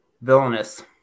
villainous